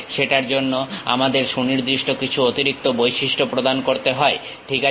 সেটার জন্য আমাদের সুনির্দিষ্ট কিছু অতিরিক্ত বৈশিষ্ট্য প্রদান করতে হয় ঠিক আছে